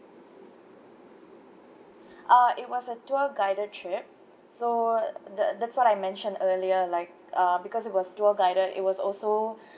uh it was a tour guided trip so that that's what I mentioned earlier like uh because it was tour guided it was also